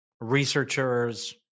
researchers